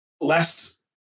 less